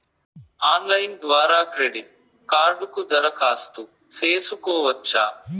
Online ద్వారా credit కార్డుకు దరఖాస్తు సేసుకోవచ్చా?